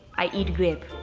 i eat grape.